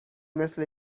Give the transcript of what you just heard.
مثل